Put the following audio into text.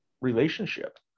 relationship